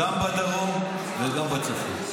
גם בדרום וגם בצפון.